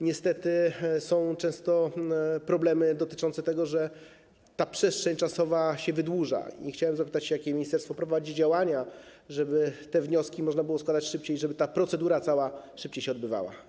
Niestety są często problemy dotyczące tego, że ta przestrzeń czasowa się wydłuża, chciałem więc zapytać, jakie ministerstwo prowadzi działania, żeby te wnioski można było składać szybciej i żeby ta cała procedura szybciej się odbywała.